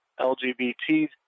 LGBT